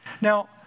Now